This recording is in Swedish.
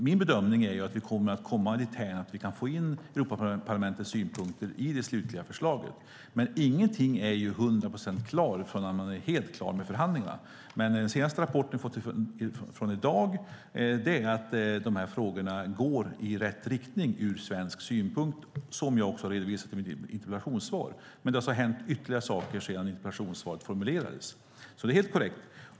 Min bedömning är därför att vi kommer att komma dithän att vi kan få in Europaparlamentets synpunkter i det slutliga förslaget. Inget är dock hundra procent klart innan man är helt färdig med förhandlingarna. Men den senaste rapporten i dag är att dessa frågor går i rätt riktning sett ur svensk synpunkt. Detta redovisade jag också i mitt interpellationssvar. Det har dock hänt ytterligare saker sedan det formulerades; det är helt korrekt.